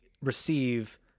receive